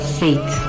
faith